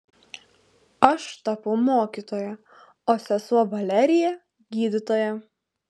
aš tapau mokytoja o sesuo valerija gydytoja